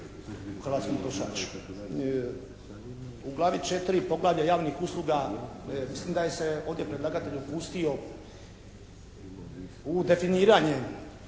hrvatskom potrošaču. U glavi 4. poglavlje javnih usluga mislim da se ovdje predlagatelj upusti u definiranje